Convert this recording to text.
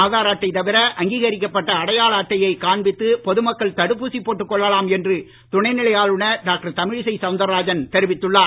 ஆதார் அட்டை தவிர அங்கீகரிக்கப்பட்ட அடையாள அட்டையை காண்பித்து பொது மக்கள் தடுப்பூசி போட்டுக் கொள்ளலாம் என்று துணை நிலை ஆளுநர் டாக்டர் தமிழிசை சவுந்தரராஜன் தெரிவித்துள்ளார்